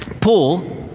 Paul